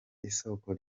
isoko